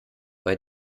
bei